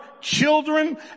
children